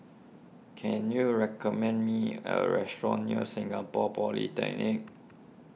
can you recommend me a restaurant near Singapore Polytechnic